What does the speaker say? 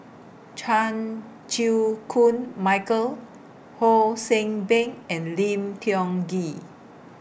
Chan Chew Koon Michael Ho See Beng and Lim Tiong Ghee